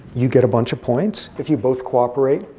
you get a bunch of points. if you both cooperate,